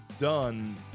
done